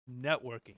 networking